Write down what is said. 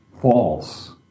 false